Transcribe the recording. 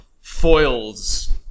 foils